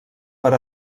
per